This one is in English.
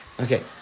Okay